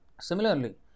similarly